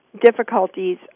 difficulties